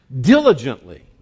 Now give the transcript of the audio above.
diligently